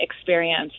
experience